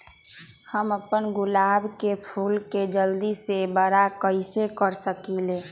हम अपना गुलाब के फूल के जल्दी से बारा कईसे कर सकिंले?